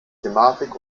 thematik